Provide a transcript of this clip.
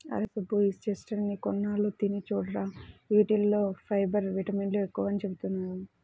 అరేయ్ సుబ్బు, ఈ చెస్ట్నట్స్ ని కొన్నాళ్ళు తిని చూడురా, యీటిల్లో ఫైబర్, విటమిన్లు ఎక్కువని చెబుతున్నారు